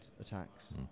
attacks